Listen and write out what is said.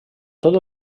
tot